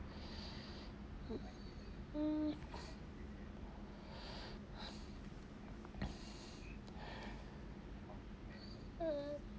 mm alright